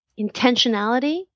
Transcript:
intentionality